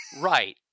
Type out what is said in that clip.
Right